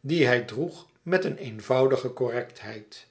dien hij droeg met een e ids aargang eenvoudige correctheid